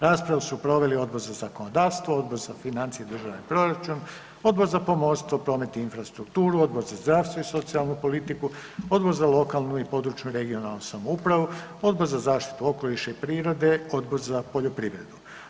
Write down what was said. Raspravu su proveli Odbor za zakonodavstvo, Odbor za financije i državni proračun, Odbor za pomorstvo, promet i infrastrukturu, Odbor za zdravstvo i socijalnu politiku, Odbor za lokalnu i područnu (regionalnu) samoupravu, Odbor za zaštitu okoliša i prirode, Odbor za poljoprivredu.